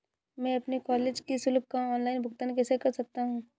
मैं अपने कॉलेज की शुल्क का ऑनलाइन भुगतान कैसे कर सकता हूँ?